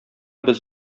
без